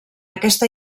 aquesta